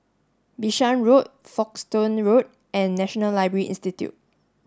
Bishan Road Folkestone Road and National Library Institute